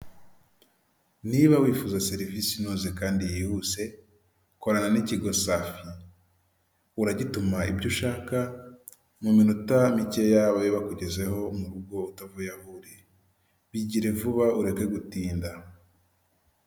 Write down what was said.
Niba wifuza serivisi inoze kandi yihuse korana n'ikigo safi, uragituma ibyo ushaka mu minota mikeya babe bakugezeho mu rugo utavuye aho uri, bigire vuba ureke gutinda.